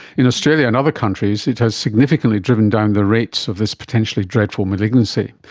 in australia and other countries it has significantly driven down the rates of this potentially dreadful malignancy.